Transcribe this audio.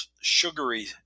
sugary